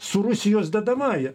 su rusijos dedamąja